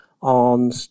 on